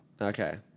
Okay